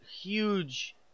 huge